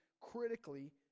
critically